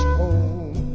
home